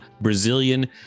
Brazilian